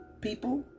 People